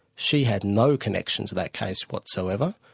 she had no connection to that case whatsoever.